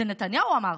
זה נתניהו אמר,